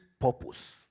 purpose